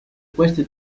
queste